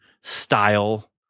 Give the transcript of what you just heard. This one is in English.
style